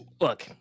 Look